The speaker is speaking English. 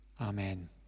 amen